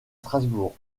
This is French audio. strasbourg